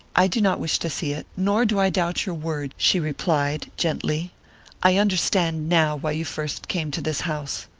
i do not wish to see it, nor do i doubt your word, she replied, gently i understand now why you first came to this house.